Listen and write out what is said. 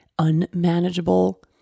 unmanageable